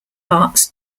arts